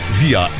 via